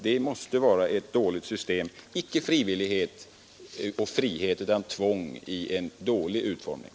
Det måste vara ett dåligt system. Det är inte frivillighet och frihet, utan det är tvång i en dålig utformning.